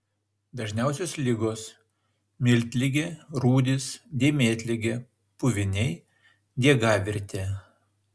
dažniausios ligos miltligė rūdys dėmėtligė puviniai diegavirtė